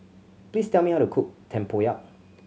please tell me how to cook tempoyak